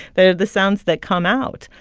they're the sounds that come out.